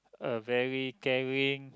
a very caring